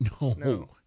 No